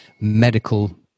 medical